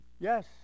Yes